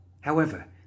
However